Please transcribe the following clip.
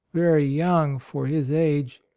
very young for his age,